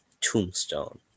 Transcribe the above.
tombstone